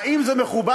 האם זה מכובד?